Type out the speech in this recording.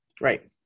Right